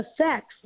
affects